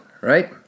right